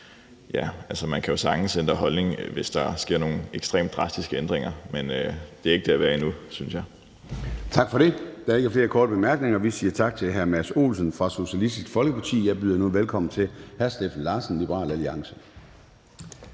det opstår. Man kan sagtens ændre holdning, hvis der sker nogle ekstremt drastiske ændringer, men det er ikke der, vi er endnu, synes jeg. Kl. 09:16 Formanden (Søren Gade): Tak for det. Der er ikke flere korte bemærkninger, og vi siger tak til hr. Mads Olsen fra Socialistisk Folkeparti. Jeg byder nu velkommen til hr. Steffen Larsen, Liberal Alliance.